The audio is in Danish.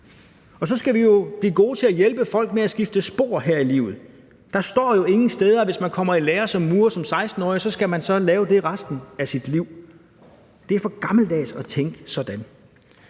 Og så skal vi jo blive gode til at hjælpe folk med at skifte spor her i livet. Der står jo ingen steder, at hvis man kommer i lære som murer som 16-årig, skal man lave det resten af sit liv. Det er for gammeldags at tænke sådan.